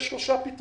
יש שלושה פתרונות.